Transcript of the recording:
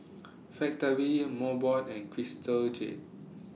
Factorie Mobot and Crystal Jade